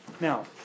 Now